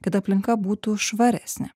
kad aplinka būtų švaresnė